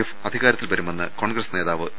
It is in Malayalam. എഫ് അധികാരത്തിൽ വരു മെന്ന് കോൺഗ്രസ് നേതാവ് എ